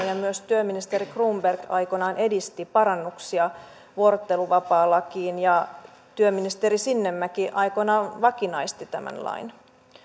ja myös työministeri cronberg aikoinaan edisti parannuksia vuorotteluvapaalakiin ja työministeri sinnemäki aikoinaan vakinaisti tämän lain